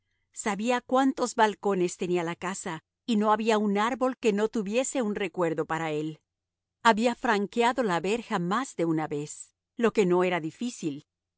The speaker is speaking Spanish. sabía cuántos balcones tenía la casa y no había un árbol que no tuviese un recuerdo para él había franqueado la verja más de una vez lo que no era difícil